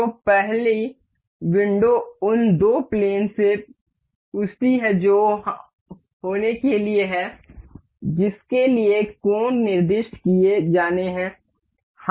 तो पहली विंडो उन दो प्लेन से पूछती है जो होने के लिए हैं जिसके लिए कोण निर्दिष्ट किए जाने हैं